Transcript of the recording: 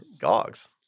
gogs